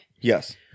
Yes